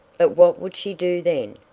but what would she do then?